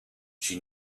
she